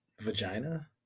vagina